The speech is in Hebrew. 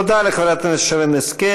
תודה לחברת הכנסת שרן השכל.